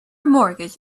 mortgage